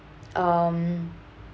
um